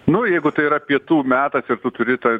nu jeigu tai yra pietų metas ir tu turi ta